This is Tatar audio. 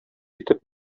итеп